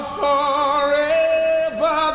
forever